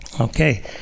Okay